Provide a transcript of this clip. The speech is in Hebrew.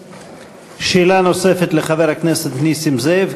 שאלה נוספת לחבר הכנסת נסים זאב.